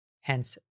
hence